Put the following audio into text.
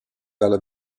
dalla